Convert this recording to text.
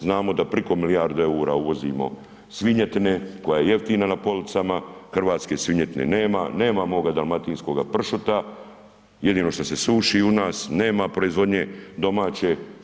Znamo da preko milijarde eura uvozimo svinjetine koja je jeftina na policama, hrvatske svinjetine nema, nema mog dalmatinskoga pršuta, jedino što se suši u nas, nema proizvodnje domaće.